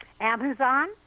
Amazon